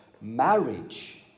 Marriage